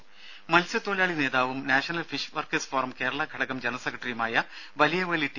രുമ മത്സ്യത്തൊഴിലാളി നേതാവും നാഷണൽ ഫിഷ് വർക്കേഴ്സ് ഫോറം കേരളഘടകം ജനറൽ സെക്രട്ടറിയുമായ വലിയവേളി ടി